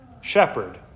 shepherd